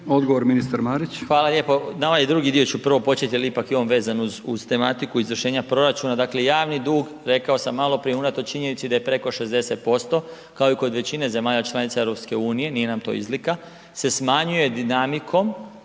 Odgovor ministar Marić. **Marić, Zdravko** Hvala lijepo. Na ovaj drugi dio ću prvo počet jel ipak je on vezan uz tematiku izvršenja proračuna, dakle javni dug, rekao sam maloprije, unatoč činjenici da je preko 60%, kao i kod većine zemalja članica EU, nije nam to izlika, se smanjuje dinamikom